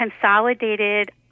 Consolidated